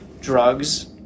drugs